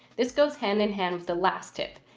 this goes hand in hand with the last tip.